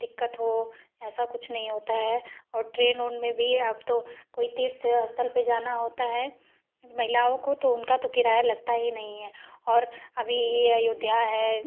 दिक्कत हो ऐसा कुछ नहीं होता है और ट्रेन उन में भी अब तो कोई तीर्थ स्थल पर जाना होता है महिलाओं को तो उनका किराया तो लगता ही नहीं है और अभी ये अयोध्या है